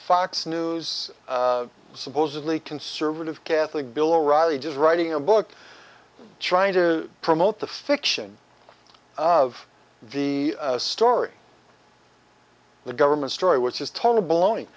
fox news supposedly conservative catholic bill o'reilly just writing a book trying to promote the fiction of the story the government story which is totally blo